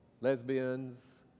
lesbians